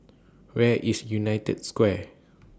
Where IS United Square